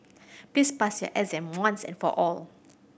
please pass your exam once and for all